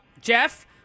Jeff